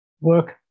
work